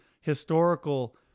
historical